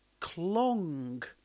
Clong